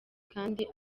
kandi